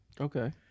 okay